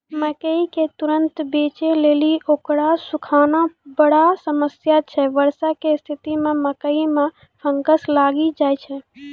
मकई के तुरन्त बेचे लेली उकरा सुखाना बड़ा समस्या छैय वर्षा के स्तिथि मे मकई मे फंगस लागि जाय छैय?